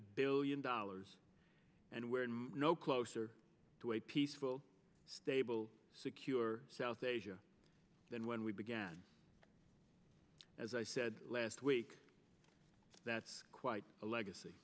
billion dollars and we're in no closer to a peaceful stable secure south asia than when we began as i said last week that's quite a legacy